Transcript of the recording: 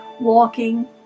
walking